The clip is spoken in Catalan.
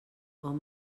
hom